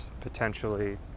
potentially